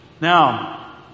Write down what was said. Now